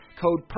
Code